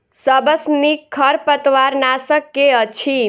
सबसँ नीक खरपतवार नाशक केँ अछि?